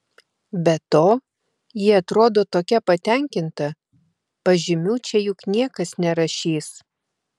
be to ji atrodo tokia patenkinta pažymių čia juk niekas nerašys